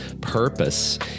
purpose